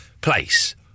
place